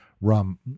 rum